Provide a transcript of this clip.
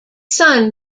son